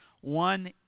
one